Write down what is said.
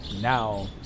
now